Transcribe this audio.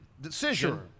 decision